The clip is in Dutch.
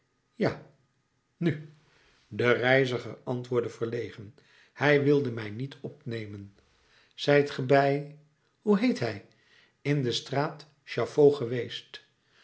ja nu de reiziger antwoordde verlegen hij wilde mij niet opnemen zijt ge bij hoe heet hij in de straat chaffaut geweest